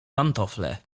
pantofle